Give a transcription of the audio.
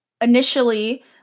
initially